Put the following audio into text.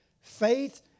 faith